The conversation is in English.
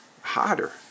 hotter